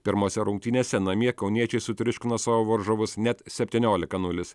pirmose rungtynėse namie kauniečiai sutriuškino savo varžovus net septyniolika nulis